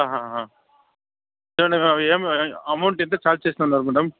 ఏమి అమౌంట్ ఎంత ఛార్జ్ చేస్తున్నారు మ్యాడమ్